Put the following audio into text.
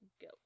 go